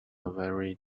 very